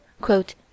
quote